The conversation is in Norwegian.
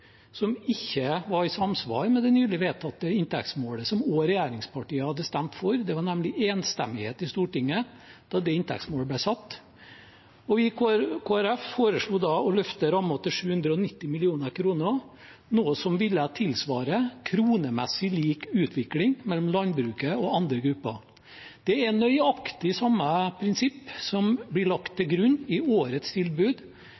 som ikke var i samsvar med det nylig vedtatte inntektsmålet, som også regjeringspartiene hadde stemt for – det var nemlig enstemmighet i Stortinget da det inntektsmålet ble satt – og vi i Kristelig Folkeparti foreslo da å løfte rammen til 790 mill. kr, noe som ville tilsvare en kronemessig lik utvikling mellom landbruket og andre grupper. Det er nøyaktig samme prinsipp som blir lagt til grunn i årets tilbud,